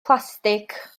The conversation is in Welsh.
plastig